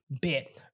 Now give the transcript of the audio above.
bit